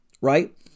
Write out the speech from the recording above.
right